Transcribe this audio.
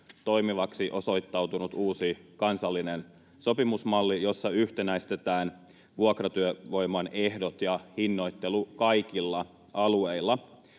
toimivaksi osoittautunut uusi kansallinen sopimusmalli, jossa yhtenäistetään vuokratyövoiman ehdot ja hinnoittelu kaikilla alueilla.